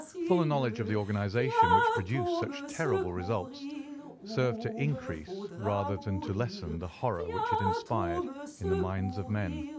fuller knowledge of the organization which produced such terrible results served to increase rather than to lessen the horror which it inspired in the minds of men.